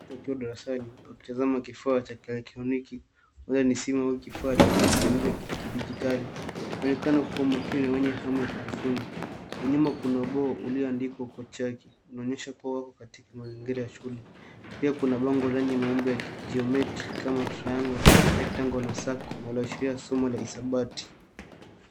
Watoto darasani wakitazama kifaa cha kielektroniki labda ni simu au kifaa cha kujifunzia kidijitali. Wanaonekana kuwa makini na wenye hamu ya kujifunza. Kwa nyuma kuna ubao ulioandikwa kwa chaki. Inaonyesha kuwa wako katika mazingira ya shule. Pia kuna bango lenye maumbo ya geometry kama triangle , rectangle na circle linaloashiria somo la hisabati.